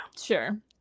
sure